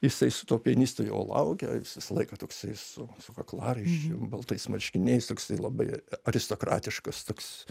jisai su tuo pianistu jau laukia jis visą laiką toksai su su kaklaraiščiu baltais marškiniais toksai labai aristokratiškas toks